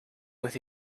with